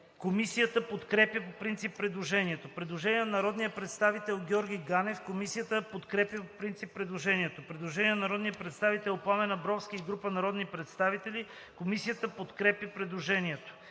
Комисията подкрепя по принцип предложението. Предложение на народния представител Георги Ганев. Комисията подкрепя по принцип предложението. Предложение на народния представител Пламен Абровски и група народни представители. Комисията подкрепя предложението.